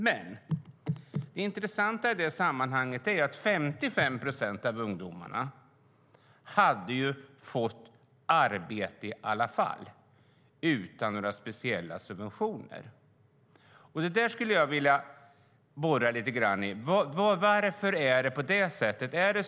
Men det intressanta i det sammanhanget var att 55 procent av ungdomarna hade fått arbete i alla fall, utan några speciella subventioner. Det där skulle jag vilja borra lite grann i. Varför är det på det sättet?